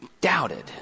doubted